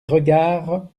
regards